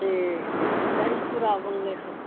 से दही चुड़ा बनलै हन